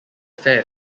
fair